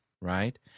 right